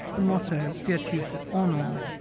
the motto, virtus et honor.